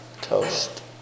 toast